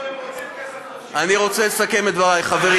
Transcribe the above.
רוצים כסף חופשי.